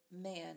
man